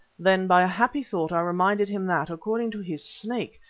then by a happy thought i reminded him that, according to his snake,